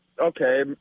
okay